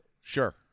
Sure